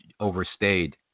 overstayed